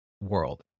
world